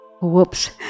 Whoops